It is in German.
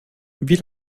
wie